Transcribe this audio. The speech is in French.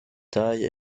taille